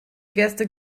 gäste